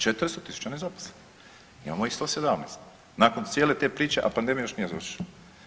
400.000 nezaposlenih, imamo ih 117 nakon cijene te priče, a pandemija još nije završila.